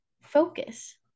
focus